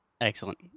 Excellent